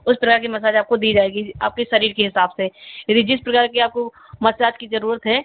उस तरह की मसाज आपको दी जाएगी आपके शरीर के हिसाब से यानी जिस प्रकार की आपको मसाज की जरूरत है